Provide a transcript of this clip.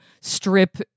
strip